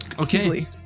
Okay